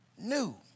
new